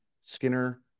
Skinner